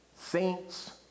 saints